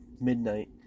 Midnight